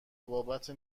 بابت